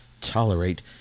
tolerate